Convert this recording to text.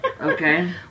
Okay